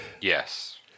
Yes